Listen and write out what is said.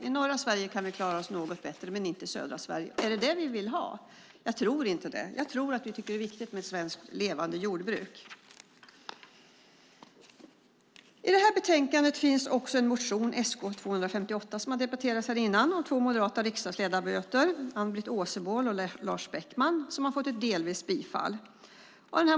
I norra Sverige kan vi klara oss något bättre, men inte i södra Sverige. Är det vad vi vill ha? Jag tror inte det. Jag tror att vi tycker att det är viktigt med ett levande svenskt jordbruk. I detta betänkande finns också motionen 2010/11:Sk258, som har debatterats här innan. Den är skriven av två moderata riksdagsledamöter, Ann-Britt Åsebol och Lars Beckman, som har fått delvis bifall.